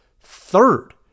third